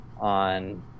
on